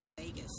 Vegas